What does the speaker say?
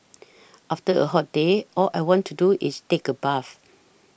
after a hot day all I want to do is take a bath